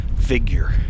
figure